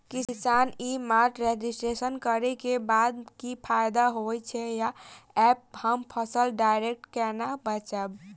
किसान e mart registration करै केँ बाद की फायदा होइ छै आ ऐप हम फसल डायरेक्ट केना बेचब?